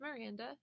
Miranda